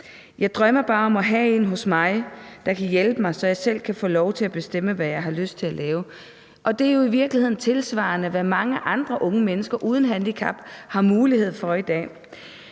»Jeg drømmer bare om at have én hos mig, der kan hjælpe mig. Så jeg selv kan få lov til at bestemme, hvad jeg har lyst til at lave.« Det er jo i virkeligheden tilsvarende det, mange andre unge mennesker uden handicap har mulighed for i dag.